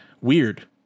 weird